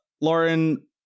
lauren